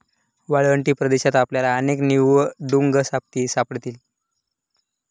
वाळवंटी प्रदेशात आपल्याला अनेक निवडुंग सापडतील